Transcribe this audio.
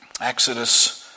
Exodus